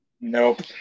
Nope